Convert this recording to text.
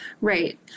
Right